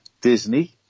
Disney